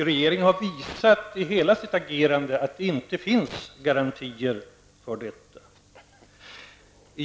Regeringen har i hela sitt agerande visat att det inte finns några garantier i detta sammanhang.